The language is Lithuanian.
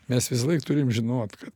mes visąlaik turim žinot kad